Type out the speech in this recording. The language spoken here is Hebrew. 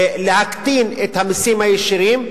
להקטין את המסים הישירים,